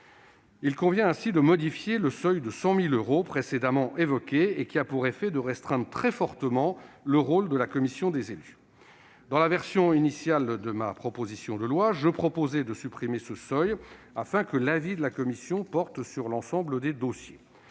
Il convient ainsi de modifier le seuil de 100 000 euros précédemment évoqué, qui a pour effet de restreindre très fortement le rôle consultatif de la commission des élus. C'est pourquoi, dans la version initiale de ma proposition de loi, je proposais de supprimer ce seuil, afin que l'avis de la commission porte sur l'ensemble des dossiers.